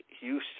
Houston